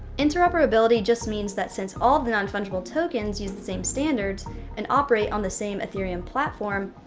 interoperability just means that since all of the non-fungible tokens use the same standards and operate on the same ethereum platform,